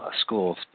schools